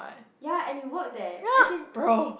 ya and it worked eh as in